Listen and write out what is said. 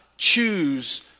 choose